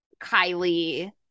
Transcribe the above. Kylie